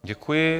Děkuji.